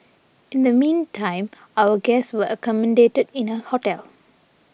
in the meantime our guests were accommodated in a hotel